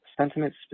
sentiments